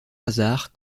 hasard